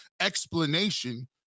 explanation